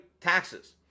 taxes